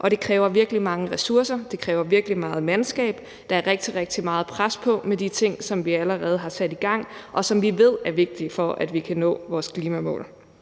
og det kræver virkelig mange ressourcer, det kræver virkelig meget mandskab, og der er rigtig, rigtig meget pres på med de ting, som vi allerede har sat i gang, og som vi ved er vigtige for, at vi kan nå vores klimamål.